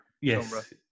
Yes